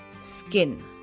Skin